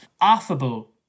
affable